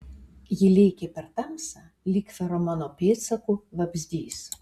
ji lėkė per tamsą lyg feromono pėdsaku vabzdys